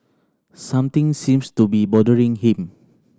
something seems to be bothering him